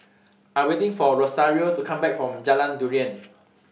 I Am waiting For Rosario to Come Back from Jalan Durian